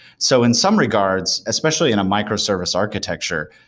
so in some regards, especially in a micro-service architecture,